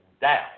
down